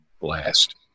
blast